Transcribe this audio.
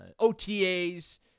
OTAs